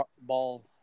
ball